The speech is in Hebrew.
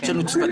יש לנו צוותים,